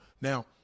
Now